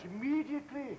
immediately